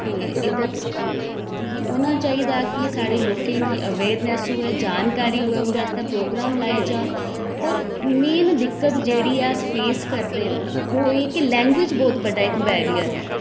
ते एह्दा होना चाहिदा कि साढ़े लोकें गी अवेयरनैस होऐ जानकारी होऐ उं'दे आस्तै प्रोग्रैम लाए जान होर मेन दिक्कत जेह्ड़ी ऐ अस फेस करदे न ओह् एह् कि लैंगवेज बोह्त बड्डा इक बैरियर ऐ